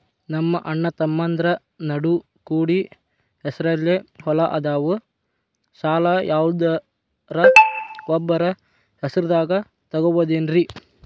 ನಮ್ಮಅಣ್ಣತಮ್ಮಂದ್ರ ನಡು ಕೂಡಿ ಹೆಸರಲೆ ಹೊಲಾ ಅದಾವು, ಸಾಲ ಯಾರ್ದರ ಒಬ್ಬರ ಹೆಸರದಾಗ ತಗೋಬೋದೇನ್ರಿ?